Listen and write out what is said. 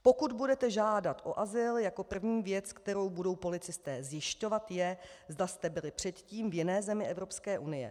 Pokud budete žádat o azyl, jako první věc, kterou budou policisté zjišťovat, je, zda jste byli předtím v jiné zemi Evropské unie.